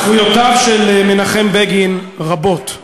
זכויותיו של מנחם בגין רבות: